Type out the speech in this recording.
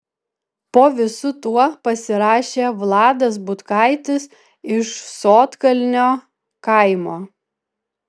po visu tuo pasirašė vladas butkaitis iš sodkalnio kaimo